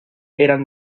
eran